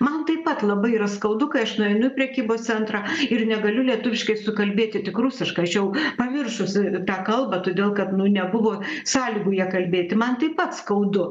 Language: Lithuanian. man taip pat labai yra skaudu kai aš nueinu į prekybos centrą ir negaliu lietuviškai sukalbėti tik rusiškai aš jau pamiršusi tą kalbą todėl kad nu nebuvo sąlygų ja kalbėti man taip pat skaudu